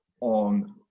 on